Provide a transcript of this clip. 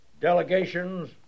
delegations